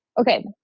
okay